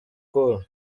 col